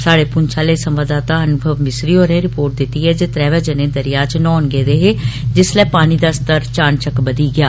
साढ़े पुंछ आले संवाददाता अनुभव मिस्री होरें रिपोर्ट दिती ऐ जे त्रैवे जने दरिया च नौहन गेदे हे जिस्सलै पानी दा स्तर चानचक्क बधी गेआ